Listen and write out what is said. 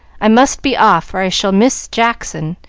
i must be off, or i shall miss jackson,